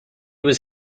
was